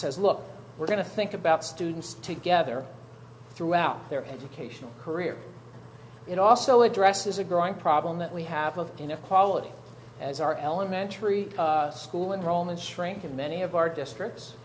says look we're going to think about students together throughout their educational career it also addresses a growing problem that we have of inequality as our elementary school enrollment shrink in many of our